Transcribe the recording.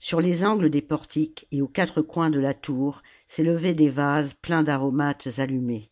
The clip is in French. sur les angles des portiques et aux quatre coins de la tour s'élevaient des vases pleins d'aromates allumés